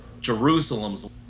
Jerusalem's